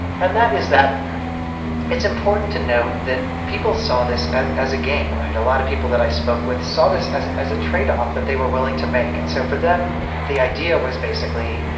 and that is that it's important to note that people saw this as as a gain. a lot of people that i spoke with saw this as as a tradeoff that they were willing to make. and so for them the idea was basically,